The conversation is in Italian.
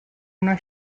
una